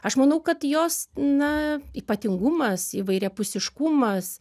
aš manau kad jos na ypatingumas įvairiapusiškumas